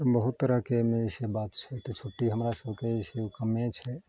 तऽ बहुत तरहके एहिमे जे छै बात छै तऽ छुट्टी हमरा सबके जे छै ओ कमे छै